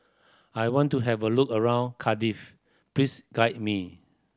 I want to have a look around Cardiff please guide me